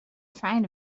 trying